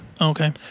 okay